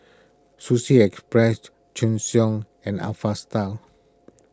Sushi Express Sheng Siong and Alpha Style